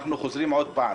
שוב,